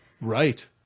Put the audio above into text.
Right